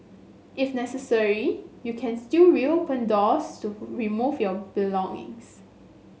if necessary you can still reopen doors to remove your belongings